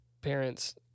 parents